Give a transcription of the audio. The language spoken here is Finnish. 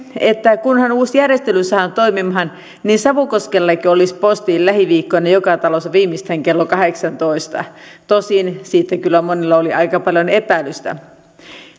että kunhan uusi järjestely saadaan toimimaan niin savukoskellakin olisi posti lähiviikkoina joka talossa viimeistään kello kahdeksantoista tosin siitä kyllä monilla oli aika paljon epäilystä